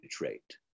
rate